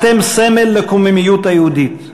אתם סמל לקוממיות היהודית,